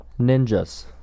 ninjas